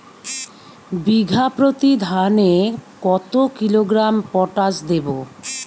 বিঘাপ্রতি ধানে কত কিলোগ্রাম পটাশ দেবো?